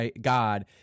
God